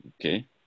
okay